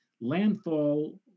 landfall